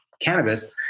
cannabis